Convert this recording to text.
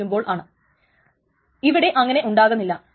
കാരണം ഇവിടെ റൈറ്റുകൾ എല്ലാം ക്രമത്തിൽ അല്ല വന്നിരിക്കുന്നത്